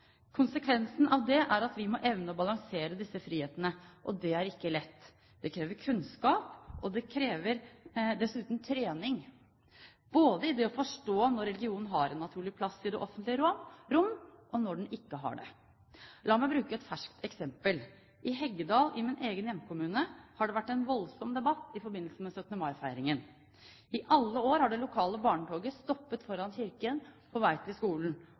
Konsekvensen av det er at vi må evne å balansere disse frihetene, og det er ikke lett. Det krever kunnskap, og det krever dessuten trening, både i det å forstå når religionen har en naturlig plass i det offentlige rom, og når den ikke har det. La meg bruke et ferskt eksempel. I Heggedal, i min egen hjemkommune, har det vært en voldsom debatt i forbindelse med 17. mai-feiringen. I alle år har det lokale barnetoget stoppet foran kirken på vei til skolen,